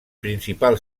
principal